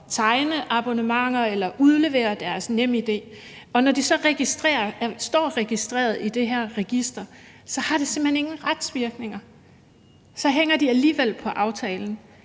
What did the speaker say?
tegne abonnementer eller udlevere deres NemID, og når de så står registreret i det her register, har det simpelt hen ingen retsvirkninger; så hænger de alligevel på aftalen.